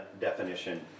definition